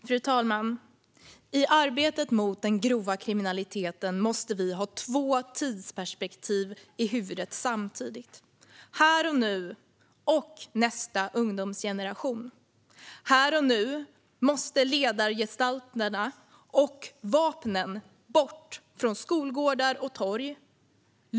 Fru talman! I arbetet mot den grova kriminaliteten måste vi ha två tidsperspektiv i huvudet samtidigt: såväl här och nu som nästa ungdomsgeneration. Här och nu måste ledargestalterna och vapnen bort från skolgårdar och torg.